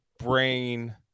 Brain